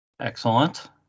Excellent